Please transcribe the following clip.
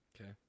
Okay